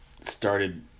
started